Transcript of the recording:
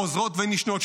חוזרות ונשנות,